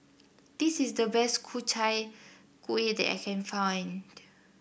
this is the best Ku Chai Kuih that I can find